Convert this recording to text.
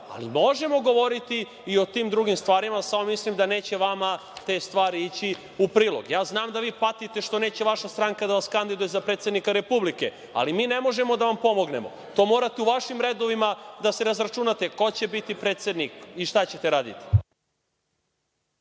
Ali, možemo govoriti i o tim drugim stvarima, samo mislim da neće vama te stvari ići u prilog. Ja znam da vi patite što neće vaša stranka da vas kandiduje za predsednika Republike, ali mi ne možemo da vam pomognemo. To morate u vašim redovima da se razračunate, ko će biti predsednik i šta ćete raditi.